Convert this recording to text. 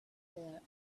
there